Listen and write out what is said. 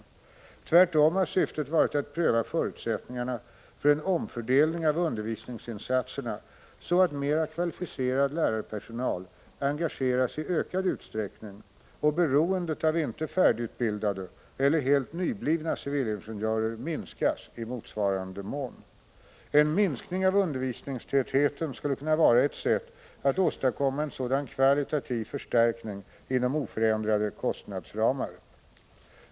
1985/86:22 Tvärtom har syftet varit att pröva förutsättningarna för en omfördelning av 7november 1985 = undervisningsinsatserna så att mera kvalificerad lärarpersonal engageras i Am nävslimosn ss. — Ökad utsträckning och beroendet av inte färdigutbildade eller helt nyblivna civilingenjörer minskas i motsvarande mån. En minskning av undervisningstätheten skulle kunna vara ett sätt att åstadkomma en sådan kvalitativ förstärkning inom oförändrade kostnadsramar.